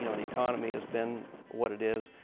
you know the economy has been what it is,